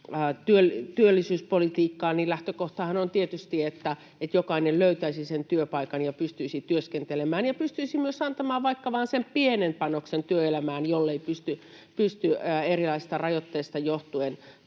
työllisyyspolitiikkaa, niin lähtökohtahan on tietysti, että jokainen löytäisi sen työpaikan ja pystyisi työskentelemään ja pystyisi myös antamaan vaikka vain sen pienen panoksen työelämään, jollei pysty erilaisista rajoitteista johtuen